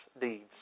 deeds